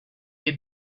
had